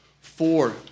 four